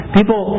People